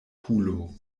kulo